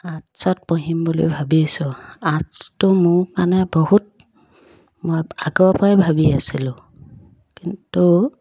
আৰ্টছত পঢ়িম বুলি ভাবিছোঁ আৰ্টছটো মোৰ মানে বহুত মই আগৰপৰাই ভাবি আছিলোঁ কিন্তু